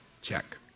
Check